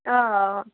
অঁ